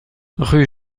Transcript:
rue